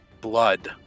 Blood